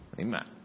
Amen